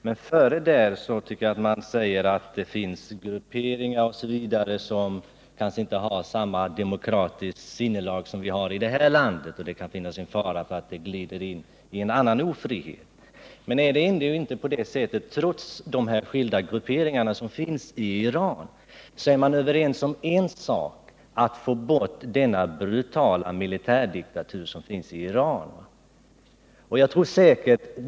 Men före det sägs att det finns grupperingar som kanske inte har samma demokratiska sinnelag som vi har i vårt land och att det kan vara fara för att man glider in i en annan ofrihet. Men är man ändå inte, trots de skilda grupperingarna, överens om en sak —att få bort den brutala militärdiktaturen i Iran?